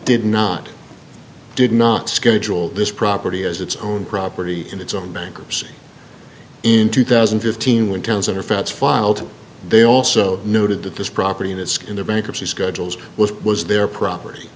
did not did not schedule this property as its own property in its own bankruptcy in two thousand and fifteen when towns are feds filed they also noted that this property and it's in the bankruptcy schedules was their property